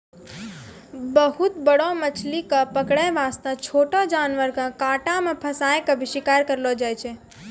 बहुत बड़ो मछली कॅ पकड़ै वास्तॅ छोटो जानवर के कांटा मॅ फंसाय क भी शिकार करलो जाय छै